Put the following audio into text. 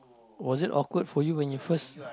was it awkward for you when you first